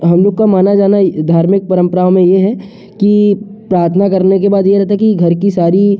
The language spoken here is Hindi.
हम लोग का माना जाना धार्मिक परम्पराओं में ये है कि प्रार्थना करने के बाद ये रहता है कि घर की सारी